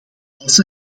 als